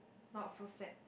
not so sad